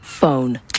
Phone